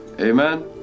Amen